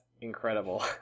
incredible